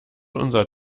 unser